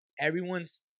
everyone's